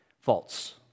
False